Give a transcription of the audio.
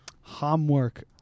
Homework